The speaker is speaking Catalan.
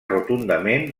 rotundament